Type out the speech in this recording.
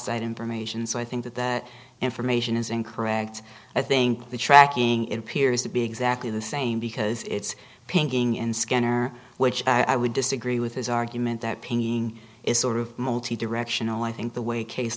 side information so i think that that information is incorrect i think the tracking it appears to be exactly the same because it's pinging in scanner which i would disagree with his argument that pinging is sort of multi directional i think the way case